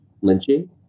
lynching